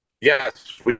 yes